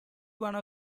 one